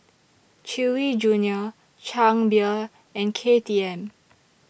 Chewy Junior Chang Beer and K T M